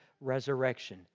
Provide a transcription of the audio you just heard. resurrection